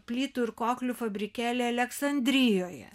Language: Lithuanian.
plytų ir koklių fabrikėlį aleksandrijoje